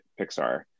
Pixar